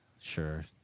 sure